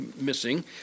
missing